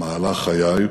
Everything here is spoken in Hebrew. מהלך חיי,